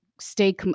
stay